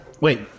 wait